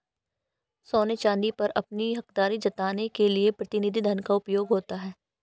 सोने चांदी पर अपनी हकदारी जताने के लिए प्रतिनिधि धन का उपयोग होता है